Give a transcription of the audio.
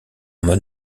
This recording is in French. mode